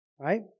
right